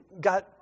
got